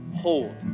hold